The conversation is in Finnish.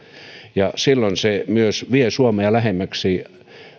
ja silloin se myös vie suomea lähemmäksi